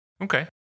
Okay